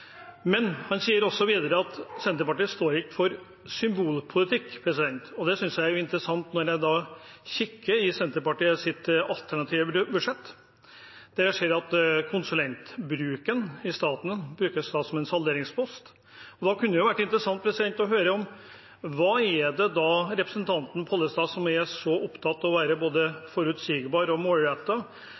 Men han sier videre at Senterpartiet ikke står for symbolpolitikk. Det synes jeg er interessant når jeg kikker i Senterpartiets alternative budsjett, der konsulentbruken i staten brukes som salderingspost. Da kunne det vært interessant å høre fra representanten Pollestad, som er så opptatt av å være både forutsigbar og